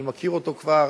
ואני מכיר אותו כבר